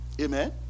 Amen